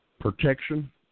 protection